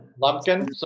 Lumpkin